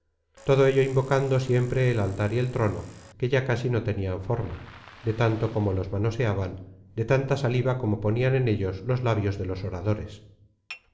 todo ello invocando siempre el altar y el trono que ya casi no tenían forma de tanto como los manoseaban de tanta saliva como ponían en ellos los labios de los oradores